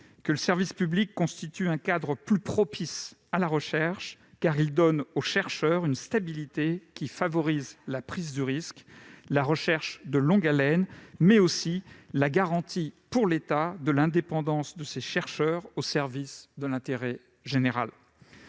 que le service public constitue un cadre plus propice à la recherche, car il donne aux chercheurs une stabilité qui favorise la prise de risque et la recherche de longue haleine ; au même moment, il garantit à l'État l'indépendance de ses chercheurs au service de l'intérêt général.